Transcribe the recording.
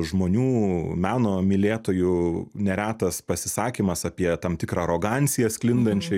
žmonių meno mylėtojų neretas pasisakymas apie tam tikrą aroganciją sklindančią